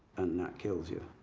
and that kills you.